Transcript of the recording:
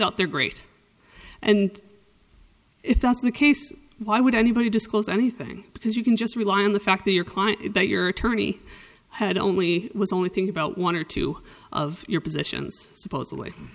out they're great and if that's the case why would anybody disclose anything because you can just rely on the fact that your client that your attorney had only was only think about one or two of your positions supposedly